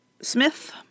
Smith